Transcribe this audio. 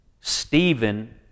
Stephen